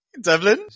Devlin